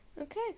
Okay